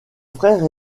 frère